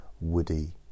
Woody